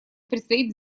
предстоит